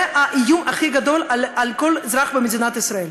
האיום הכי גדול על כל אזרח במדינת ישראל.